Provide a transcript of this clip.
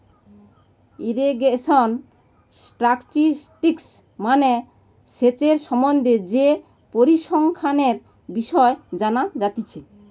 irrigation statistics মানে সেচের সম্বন্ধে যে পরিসংখ্যানের বিষয় জানা যাতিছে